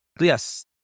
Yes